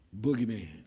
Boogeyman